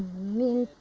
me,